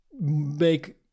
make